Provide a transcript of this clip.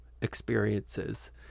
experiences